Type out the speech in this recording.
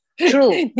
True